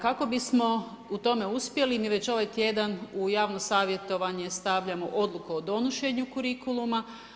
Kako bismo u tome uspjeli, mi već ovaj tj. u javno savjetovanje stavljamo odluke o donošenju kurikuluma.